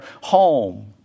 home